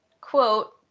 quote